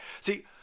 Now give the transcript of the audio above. See